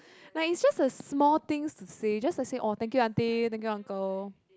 like it's just a small things to say just to say orh thank you aunty thank you uncle